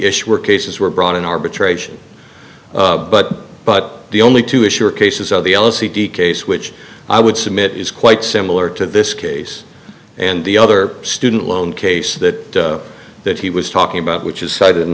issues were cases were brought in arbitration but but the only two issue are cases of the l c d case which i would submit is quite similar to this case and the other student loan case that that he was talking about which is cited